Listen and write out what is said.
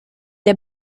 der